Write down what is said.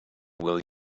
will